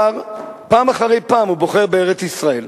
פעם אחרי פעם הוא בוחר בארץ-ישראל.